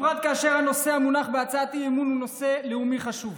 בפרט כאשר הנושא המונח בהצעת האי-אמון הוא נושא לאומי חשוב.